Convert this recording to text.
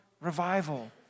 revival